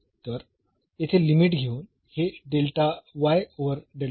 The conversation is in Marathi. तर येथे लिमिट घेऊन हे होईल